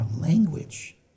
language